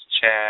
chat